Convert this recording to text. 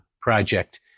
Project